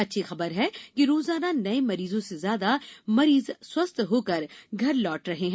अच्छी खबर यह है कि रोजाना नए मरीजों से ज्यादा मरीज स्वस्थ होकर घर लौट रहे हैं